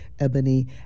Ebony